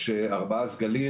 יש ארבעה סגלים